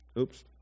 Oops